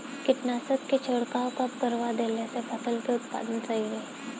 कीटनाशक के छिड़काव कब करवा देला से फसल के उत्पादन सही रही?